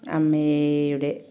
അമ്മയുടെ